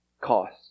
cost